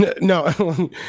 No